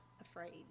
afraid